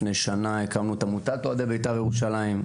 לפני שנה הקמנו את עמותת אוהדי בית"ר ירושלים.